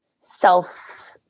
self